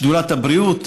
שדולת הבריאות,